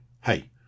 hey